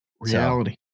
Reality